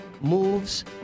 moves